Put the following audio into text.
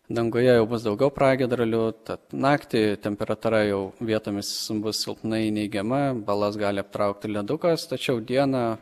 danguje jau bus daugiau pragiedrulių tad naktį temperatūra jau vietomis bus silpnai neigiama balas gali aptraukti ledukas tačiau dieną